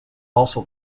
also